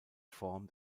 form